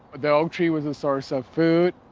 the oak tree was a source of food.